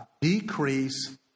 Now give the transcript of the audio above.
decrease